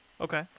Okay